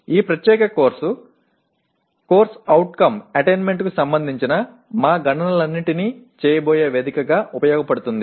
ఈ ప్రత్యేక course CO attainment కు సంబంధించిన మా గణనలన్నింటినీ చేయబోయే వేదికగా ఉపయోగపడుతుంది